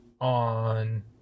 On